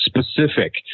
specific